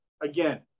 Again